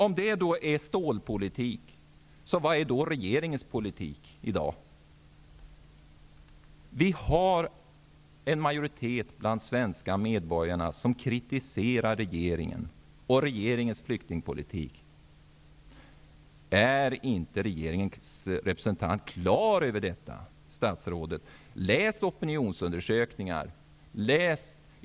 Om det är stålpolitik, vad är då regeringens politik i dag? En majoritet av svenska medborgare kritiserar regeringens flyktingpolitik. Är inte regeringens representant på det klara med det? Läs opinionsundersökningar, fru statsråd!